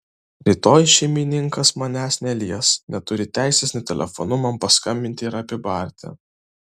rytoj šeimininkas manęs nelies neturi teisės net telefonu man paskambinti ir apibarti